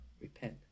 repent